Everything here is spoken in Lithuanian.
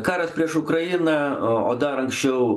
karas prieš ukrainą o o dar anksčiau